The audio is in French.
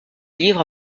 livre